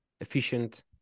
efficient